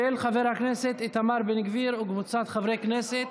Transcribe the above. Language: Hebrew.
של חבר הכנסת איתמר בן גביר וקבוצת חברי הכנסת.